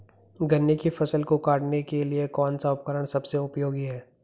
गन्ने की फसल को काटने के लिए कौन सा उपकरण सबसे उपयोगी है?